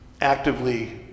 actively